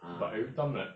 uh